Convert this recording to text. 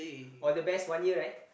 all the best one year right